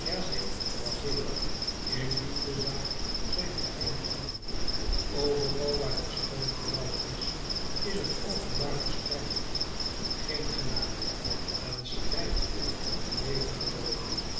in liefde zaken zijn er geen vrienden overal waar een schoone vrouw is is t openbare strijd geen genade een strijd op leven en dood